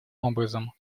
образом